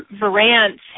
Varant